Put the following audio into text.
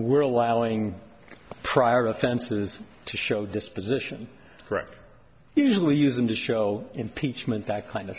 we're allowing prior offenses to show disposition correct usually use them to show impeachment that kind of